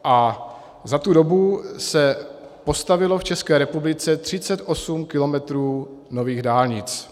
A za tu dobu se postavilo v České republice 38 kilometrů nových dálnic.